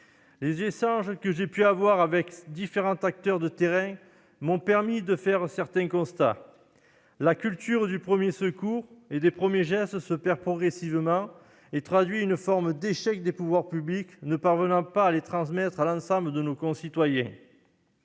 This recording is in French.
Les échanges que j'ai pu avoir avec différents acteurs de terrain m'ont permis de faire certains constats. La culture des premiers secours et des premiers gestes se perd progressivement et traduit une forme d'échec des pouvoirs publics, qui ne parviennent pas à les transmettre à l'ensemble de nos concitoyens.